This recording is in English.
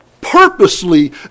purposely